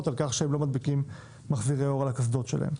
על כך שהם לא מדביקים מחזירי אור על הקסדות שלהם.